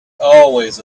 always